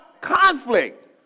Conflict